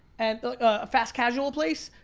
and a fast casual place,